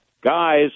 guys